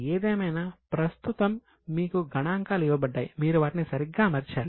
ఏదేమైనా ప్రస్తుతం మీకు గణాంకాలు ఇవ్వబడ్డాయి మీరు వాటిని సరిగ్గా అమర్చాలి